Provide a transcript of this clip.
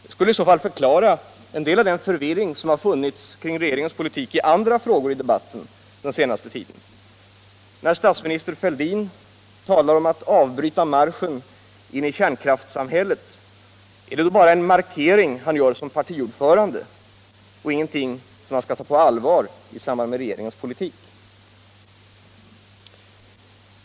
Det skulle i så fall förklara en del av den förvirring som förekommit kring regeringens politik i andra frågor i debatten den senaste tiden. När statsminister Fälldin talar om att avbryta marschen in i kärnkraftssamhället — är det bara en markering han gör som partiordförande och ingenting som man skall ta på allvar i samband med regeringens politik?